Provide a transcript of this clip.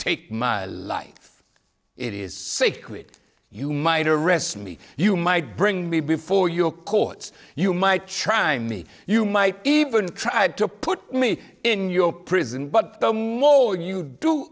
take my life it is sacred you might arrest me you might bring me before your courts you might try me you might even try to put me in your prison but the more you